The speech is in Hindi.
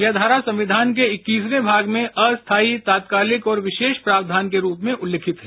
यह धारा संविधान के इक्कीसवें भाग में अस्थायी तात्कालिक और विशेष प्रावधान के रूप में उल्लेखित है